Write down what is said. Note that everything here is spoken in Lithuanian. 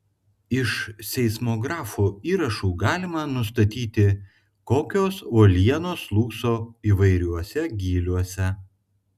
iš seismografo įrašų galima nustatyti kokios uolienos slūgso įvairiuose gyliuose